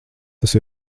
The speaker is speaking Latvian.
tas